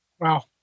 Wow